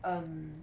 um